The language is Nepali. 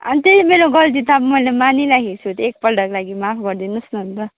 अनि त्यही मेरो गल्ती त अब मैले मानिरहेको छु त एकपल्टको लागि माफ गरिदिनु होस् न अन्त